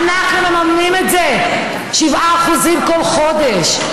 אנחנו מממנים את זה ב-7% כל חודש.